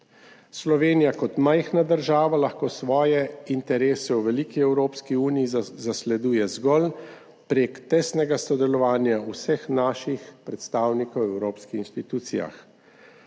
Slovenija kot majhna država lahko svoje interese v veliki Evropski uniji zasleduje zgolj prek tesnega sodelovanja vseh naših predstavnikov v evropskih institucijah.